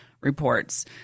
reports